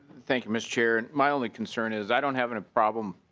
thank you mr. chair and my only concern is i don't have and a problem